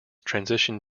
transition